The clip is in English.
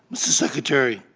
secretary,